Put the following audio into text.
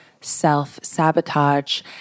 self-sabotage